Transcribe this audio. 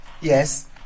Yes